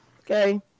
okay